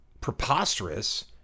preposterous